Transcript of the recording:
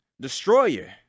destroyer